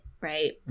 right